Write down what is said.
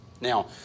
Now